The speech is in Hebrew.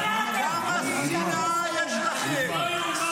כמה שנאה יש לכם.